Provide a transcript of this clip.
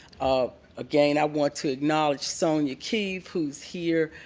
um again, i want to acknowledge sonya keefe who is here,